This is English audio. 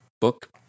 book